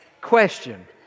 Question